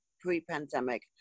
pre-pandemic